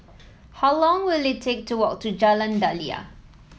how long will it take to walk to Jalan Daliah